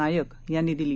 नायक यांनी दिली